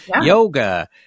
Yoga